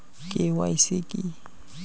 KYC কী?